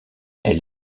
elle